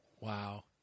Wow